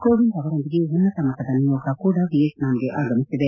ಕೋವಿಂದ್ ಅವರೊಂದಿಗೆ ಉನ್ನತಮಟ್ಟದ ನಿಯೋಗ ಕೂಡ ವಿಯೆಟ್ನಾಂಗೆ ಆಗಮಿಸಿದೆ